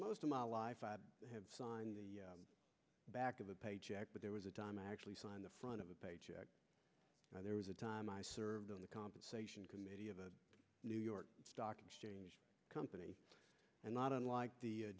most of my life i have signed the back of a paycheck but there was a time i actually saw on the front of a page that there was a time i served on the compensation committee of the new york stock exchange company and not unlike the